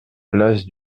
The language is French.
place